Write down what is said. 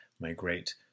migrate